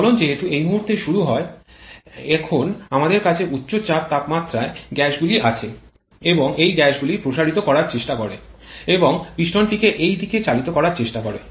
জ্বলন যেহেতু এই মুহুর্তে শুরু হয় এখন আমাদের কাছে উচ্চ চাপ তাপমাত্রায় গ্যাসগুলি আছে এবং এই গ্যাসগুলি প্রসারিত করার চেষ্টা করে এবং পিস্টনটিকে এই দিকে চালিত করার চেষ্টা করে